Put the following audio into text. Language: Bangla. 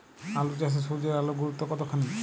আলু চাষে সূর্যের আলোর গুরুত্ব কতখানি?